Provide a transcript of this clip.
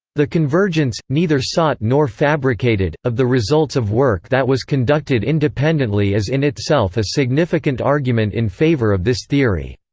the convergence, neither sought nor fabricated, of the results of work that was conducted independently is in itself a significant argument in favour of this theory.